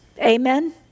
Amen